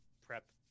prep